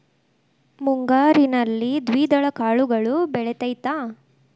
ಮುಂಗಾರಿನಲ್ಲಿ ದ್ವಿದಳ ಕಾಳುಗಳು ಬೆಳೆತೈತಾ?